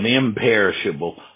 imperishable